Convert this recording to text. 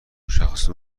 مشخصات